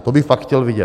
To bych fakt chtěl vidět.